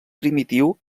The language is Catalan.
primitiu